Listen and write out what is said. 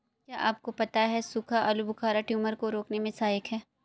क्या आपको पता है सूखा आलूबुखारा ट्यूमर को रोकने में सहायक है?